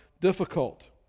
difficult